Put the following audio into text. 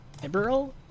Eberle